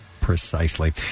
Precisely